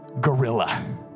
gorilla